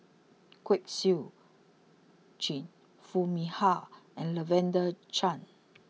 Kwek Siew Jin Foo Mee Har and Lavender Chang